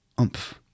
oomph